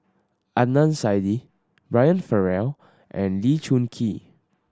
Adnan Saidi Brian Farrell and Lee Choon Kee